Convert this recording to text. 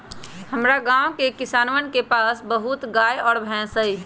हमरा गाँव के किसानवन के पास बहुत गाय और भैंस हई